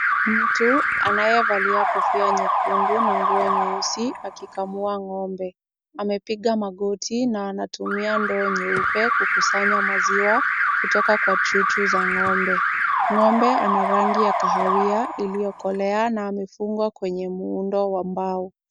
Mtu anayevalia kofia nyekundu na nguo nyeusi, akikamua ng'ombe, amepiga magoti na anatumia ndoo nyeupe kukusanya maziwa kutoka kwa chuchu za ng'ombe. Ng'ombe ana rangi ya kahawia iliyokolea na amefungwa kwenye muundo wa mbao.